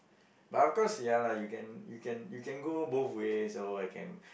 but of course ya lah you can you can you can go both ways all I can